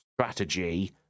strategy